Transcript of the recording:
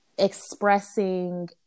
expressing